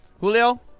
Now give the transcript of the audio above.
Julio